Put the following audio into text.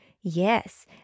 yes